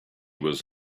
was